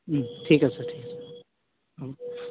ঠিক আছে ঠিক আছে হ'ব